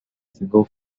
single